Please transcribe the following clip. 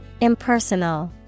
Impersonal